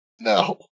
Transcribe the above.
No